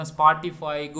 Spotify